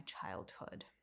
childhood